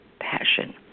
passion